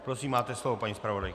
Prosím, máte slovo, paní zpravodajko.